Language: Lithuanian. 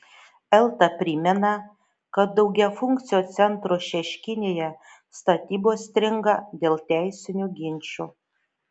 elta primena kad daugiafunkcio centro šeškinėje statybos stringa dėl teisinių ginčų